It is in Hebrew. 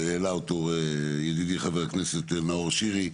והעלה אותו ידידי חבר הכנסת נאור שירי,